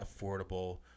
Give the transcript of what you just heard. affordable